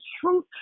truth